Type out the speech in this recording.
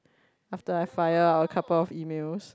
after I fire out a couple of emails